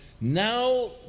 now